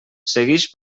seguix